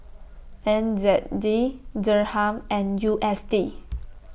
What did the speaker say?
N Z D Dirham and U S D